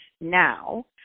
now